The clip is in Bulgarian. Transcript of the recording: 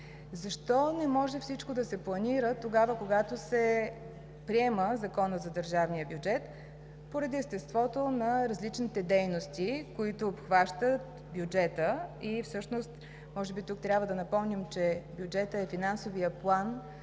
Защо не може всичко да се планира тогава, когато се приема Законът за държавния бюджет, поради естеството на различните дейности, които обхващат бюджета? Всъщност може би тук трябва да напомним, че бюджетът е финансовият план,